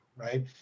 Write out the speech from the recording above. Right